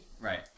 right